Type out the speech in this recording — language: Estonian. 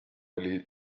oli